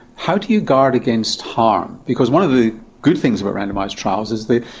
how do you guide against harm? because one of the good things of randomised trials is they.